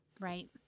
Right